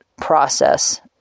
process